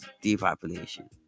depopulation